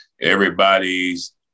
everybody's